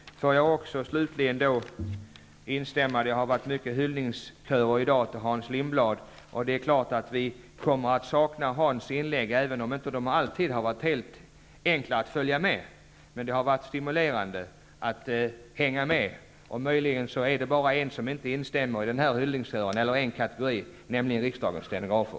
Det har i dag varit många hyllningskörer till Hans Lindblad. Det är klart att vi kommer att sakna Hans inlägg, även om de inte alltid har varit helt enkla att följa. Men det har varit stimulerande att hänga med. Möjligen är det bara en kategori som inte instämmer i denna hyllningskör, nämligen riksdagens stenografer.